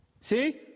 See